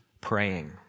praying